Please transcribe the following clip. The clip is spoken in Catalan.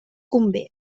convé